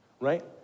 right